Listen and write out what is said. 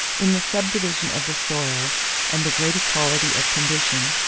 in the subdivision of the soil and the great equality of condition,